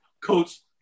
Coach